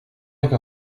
qu’un